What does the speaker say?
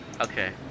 Okay